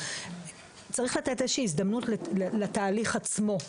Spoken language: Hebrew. צריך לתת איזו הזדמנות לתהליך עצמו.